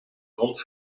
grond